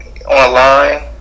Online